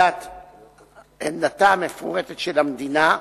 עמדתה המפורטת של המדינה,